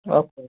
okay